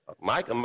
Mike